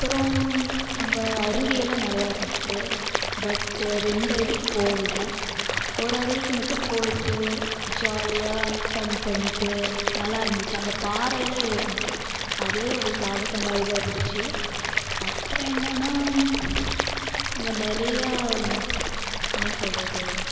அப்புறம் அங்கே அருவியெல்லாம் நிறையா இருந்துது பட்டு ரெண்டு அருவிக்கு போகல ஒரு அருவிக்கு மட்டும் போயிட்டு ஜாலியாக ஃபன் பண்ணிகிட்டு நல்லாயிருந்துச்சி அங்கே பாறையெல்லாம் ஏறுனோம் அது ஒரு சாகசமாதிரி தான் இருந்துச்சு அப்புறம் என்னன்னா அங்கே நிறைய என்ன சொல்கிறது